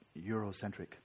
Eurocentric